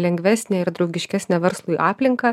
lengvesnę ir draugiškesnę verslui aplinką